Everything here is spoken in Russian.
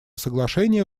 соглашения